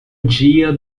dia